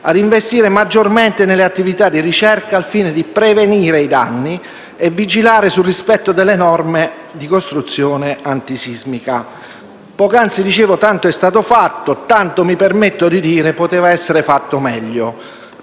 a investire maggiormente nelle attività di ricerca al fine di prevenire i danni e vigilare sul rispetto delle norme di costruzione antisismica. Poc'anzi dicevo che tanto è stato fatto e tanto - mi permetto di dire - poteva essere fatto meglio.